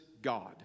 God